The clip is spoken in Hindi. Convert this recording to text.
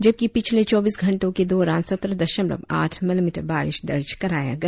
जबकि पिछले चौबीस घंटों के दौरान सत्रह दशमलव आठ मिलीमीटर बारिश दर्ज कराया गया